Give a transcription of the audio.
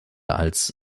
als